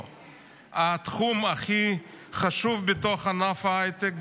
בתחום הכי חשוב בתוך ענף ההייטק,